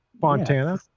Fontana